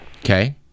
Okay